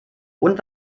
und